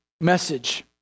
message